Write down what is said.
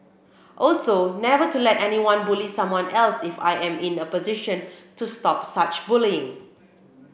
also never to let anyone bully someone else if I am in the position to stop such bullying